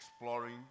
exploring